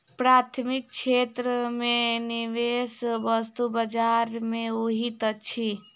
प्राथमिक क्षेत्र में निवेश वस्तु बजार में होइत अछि